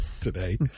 today